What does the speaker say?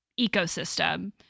ecosystem